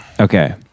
Okay